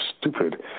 stupid